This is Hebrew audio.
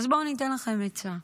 אז בואו אני אתן לכם עצה,